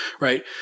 right